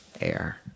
air